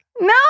No